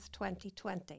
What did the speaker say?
2020